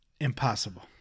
Impossible